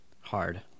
Hard